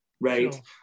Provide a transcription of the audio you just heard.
right